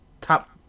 Top